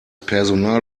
personal